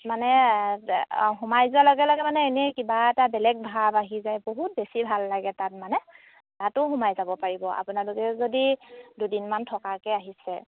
মানে সোমাই যোৱাৰ লগে লগে মানে এনেই কিবা এটা বেলেগ ভাৱ আহি যায় বহুত বেছি ভাল লাগে তাত মানে তাতো সোমাই যাব পাৰিব আপোনালোকে যদি দুদিনমান থকাকৈ আহিছে